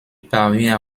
parvient